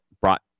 brought